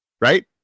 Right